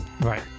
Right